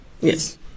yes